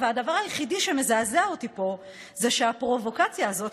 והדבר היחיד שמזעזע אותי פה זה שהפרובוקציה הזאת